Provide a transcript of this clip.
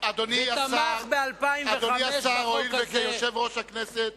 ותמך ב-2005 בחוק הזה,